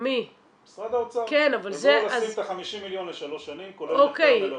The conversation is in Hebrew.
לבוא ולשים את ה-50 מיליון לשלוש שנים כולל מחקר מלווה.